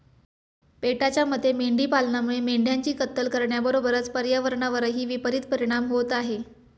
पेटाच्या मते मेंढी पालनामुळे मेंढ्यांची कत्तल करण्याबरोबरच पर्यावरणावरही विपरित परिणाम होत आहे